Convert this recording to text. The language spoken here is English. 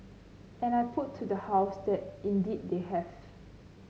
and I put to the House that indeed they have